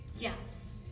Yes